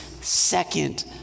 second